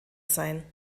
sein